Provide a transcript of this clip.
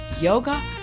yoga